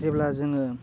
जेब्ला जोङो